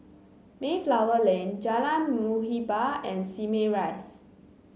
Mayflower Lane Jalan Muhibbah and Simei Rise